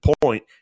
point